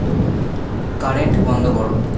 current বন্ধ করো